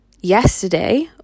yesterday